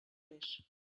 més